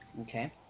Okay